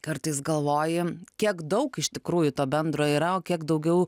kartais galvojam kiek daug iš tikrųjų to bendro yra o kiek daugiau